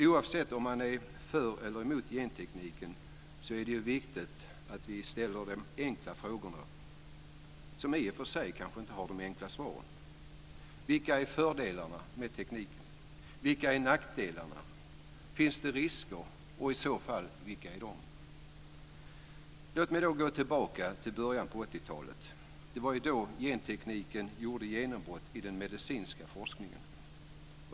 Oavsett om man är för eller emot gentekniken är det viktigt att vi ställer de enkla frågorna, som i och för sig kanske inte har enkla svar. Vilka är fördelarna med tekniken? Vilka är nackdelarna? Finns det risker, och i så fall vilka? Låt mig gå tillbaka till början av 80-talet. Det var då gentekniken gjorde genombrott i den medicinska forskningen.